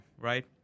right